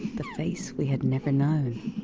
the face we had never known,